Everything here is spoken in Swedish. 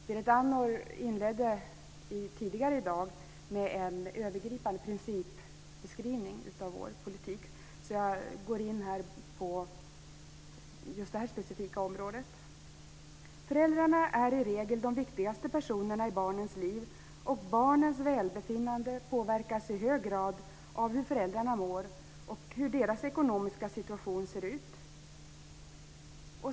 Berit Andnor inledde tidigare i dag med en övergripande principbeskrivning av vår politik, så jag går in på just detta specifika område. Föräldrarna är i regel de viktigaste personerna i barnens liv, och barnens välbefinnande påverkas i hög grad av hur föräldrarna mår och hur deras ekonomiska situation ser ut.